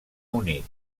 unit